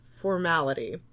formality